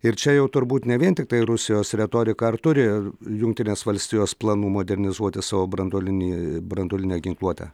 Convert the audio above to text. ir čia jau turbūt ne vien tiktai rusijos retorika ar turi jungtinės valstijos planų modernizuoti savo branduolinį branduolinę ginkluotę